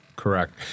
correct